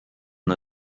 the